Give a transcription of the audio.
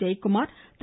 Jayakumar Thiru